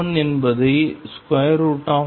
k1 என்பதை2mE2